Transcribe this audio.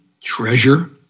treasure